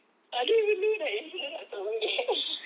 I don't even know that you shouldn't have told me